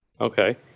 Okay